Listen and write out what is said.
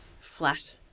flat